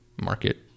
market